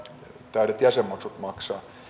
täydet jäsenmaksut maksaa